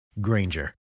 Granger